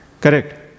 Correct